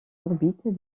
orbites